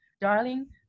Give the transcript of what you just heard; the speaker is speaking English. darling